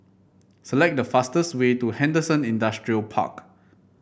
select the fastest way to Henderson Industrial Park